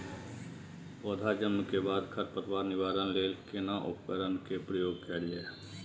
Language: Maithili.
पौधा जन्म के बाद खर पतवार निवारण लेल केना उपकरण कय प्रयोग कैल जाय?